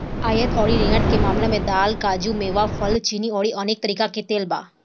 आयात अउरी निर्यात के मामला में दाल, काजू, मेवा, फल, चीनी अउरी अनेक तरीका के तेल बा